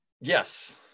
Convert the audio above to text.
yes